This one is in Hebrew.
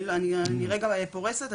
אני רגע פורסת,